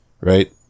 right